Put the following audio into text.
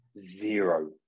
zero